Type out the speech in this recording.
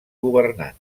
governants